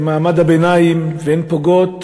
במעמד הביניים והן פוגעות